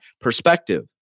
Perspective